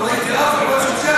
לא ראיתי אף עובד סוציאלי.